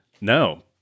No